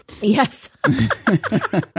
Yes